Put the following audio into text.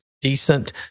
decent